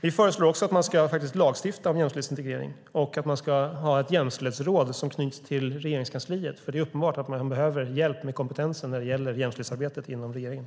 Vi föreslår också att det ska lagstiftas om jämställdhetsintegrering och att man ska ha ett jämställdhetsråd som knyts till Regeringskansliet eftersom det är uppenbart att man behöver hjälp med kompetensen när det gäller jämställdhetsarbetet inom regeringen.